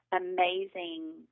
amazing